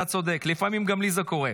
אתה צודק, לפעמים גם לי זה קורה.